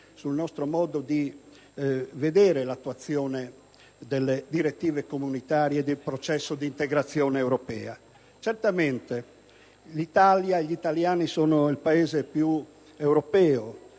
sul nostro modo di vedere l'attuazione delle direttive comunitarie del processo di integrazione europea. Senza dubbio, l'Italia e gli italiani sono il Paese più europeista: